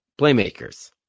playmakers